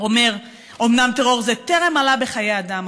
אומר: אומנם טרור זה טרם עלה בחיי אדם,